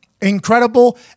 incredible